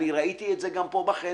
ראיתי את זה גם פה בחדר,